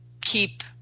keep